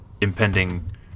impending